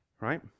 right